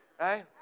Right